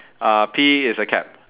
uh P is a cap